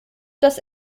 das